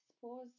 suppose